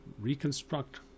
reconstruct